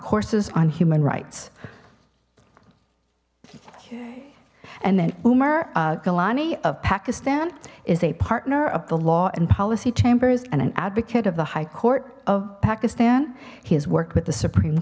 courses on human rights and then umer golani of pakistan is a partner of the law and policy chambers and an advocate of the high court of pakistan he has worked with the supreme